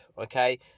okay